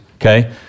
okay